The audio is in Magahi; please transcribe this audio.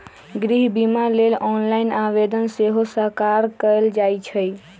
गृह बिमा लेल ऑनलाइन आवेदन सेहो सकार कएल जाइ छइ